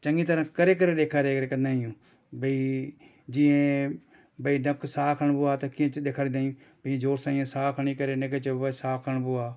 चङी तरह करे करे ॾेखारे कंदा आहियूं भई जीअं भई ढप साहु खणिबो आहे त कीअं अची ॾेखारींदा आहियूं भई जोर सां इयं साह खणी करे हिनखे चइबो आहे साहु खणिबो आहे